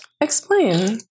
explain